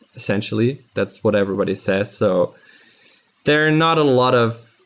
essentially. that's what everybody says. so they're not a lot of